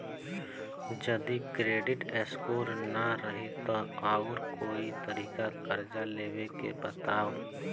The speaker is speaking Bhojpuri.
जदि क्रेडिट स्कोर ना रही त आऊर कोई तरीका कर्जा लेवे के बताव?